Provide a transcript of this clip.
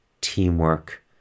Teamwork